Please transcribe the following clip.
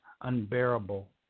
unbearable